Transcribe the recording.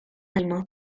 animo